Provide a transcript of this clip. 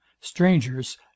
strangers